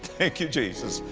thank you, jesus.